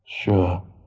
Sure